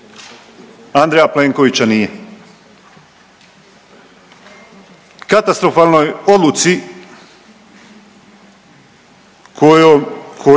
Andreja Plenkovića nije. Katastrofalnoj odluci kojom,